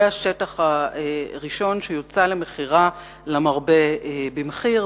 הם השטח הראשון שיוצא למכירה למרבה במחיר,